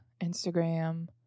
Instagram